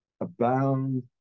abound